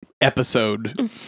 episode